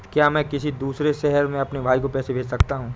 क्या मैं किसी दूसरे शहर में अपने भाई को पैसे भेज सकता हूँ?